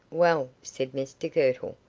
well, said mr girtle,